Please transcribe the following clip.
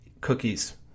cookies